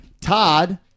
Todd